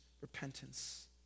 repentance